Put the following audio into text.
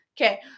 Okay